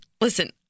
Listen